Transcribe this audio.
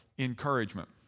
encouragement